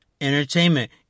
entertainment